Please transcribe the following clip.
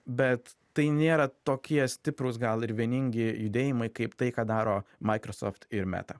bet tai nėra tokie stiprūs gal ir vieningi judėjimai kaip tai ką daro maikrosoft ir meta